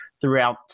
throughout